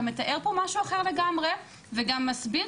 פה אתה מתאר משהו אחר לגמרי וגם מסביר